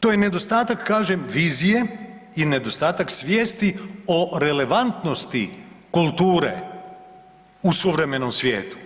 To je nedostatak kažem vizije i nedostatak svijesti o relevantnosti kulture u suvremenom svijetu,